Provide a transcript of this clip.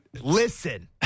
Listen